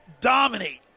dominate